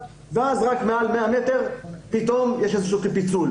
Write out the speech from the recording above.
ואז רק בחנויות עם שטח של מעל 100 מטרים יש איזשהו פיצול.